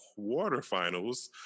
quarterfinals